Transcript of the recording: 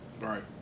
right